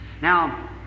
Now